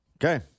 Okay